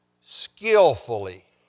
skillfully